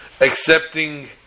accepting